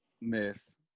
Miss